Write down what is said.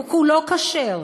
הוא כולו כשר,